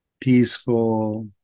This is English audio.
peaceful